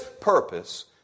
purpose